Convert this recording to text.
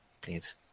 please